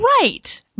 Right